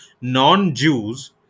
non-Jews